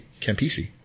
Campisi